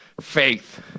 faith